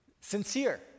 sincere